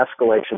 escalation